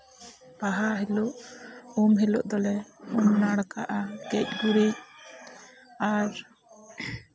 ᱵᱟᱵᱟ ᱦᱤᱞᱳᱜ ᱩᱢ ᱦᱤᱞᱳᱜ ᱫᱚᱞᱮ ᱩᱢᱼᱱᱟᱲᱠᱟᱜᱼᱟ ᱞᱮ ᱜᱮᱡᱼᱜᱩᱨᱤᱡ ᱟᱨ